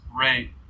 great